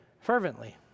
fervently